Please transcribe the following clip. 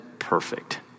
perfect